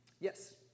yes